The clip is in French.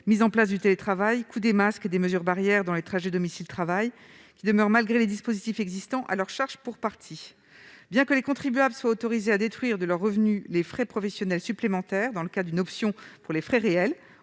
mise en place du télétravail, coût des masques et des mesures barrières dans les trajets domicile-travail -, qui demeure pour partie à leur charge, malgré les dispositifs existants. Bien que les contribuables soient autorisés à déduire de leurs revenus les frais professionnels supplémentaires dans le cadre d'une option pour les frais réels,